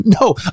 No